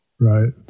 right